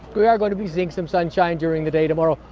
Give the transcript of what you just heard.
we are going to be seeing some sunshine during the day tomorrow,